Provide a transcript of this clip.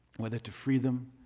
whether to free them,